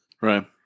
Right